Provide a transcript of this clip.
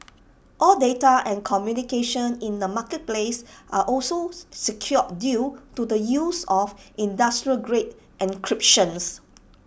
all data and communication in the marketplace are also secure due to the use of industrial grade encryptions